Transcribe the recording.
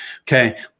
okay